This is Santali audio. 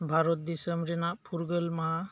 ᱵᱷᱟᱨᱚᱛ ᱫᱤᱥᱚᱢ ᱨᱮᱱᱟᱜ ᱯᱷᱩᱨᱜᱟᱹᱞ ᱢᱟᱦᱟ